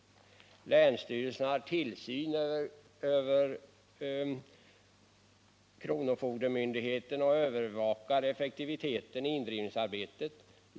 Länsstyrelsen har tillsynen över kronofogdemyndigheten och övervakar effektiviteten i indrivningsarbetet.